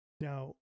Now